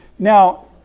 Now